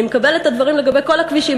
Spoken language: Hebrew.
אני מקבלת את הדברים לגבי כל הכבישים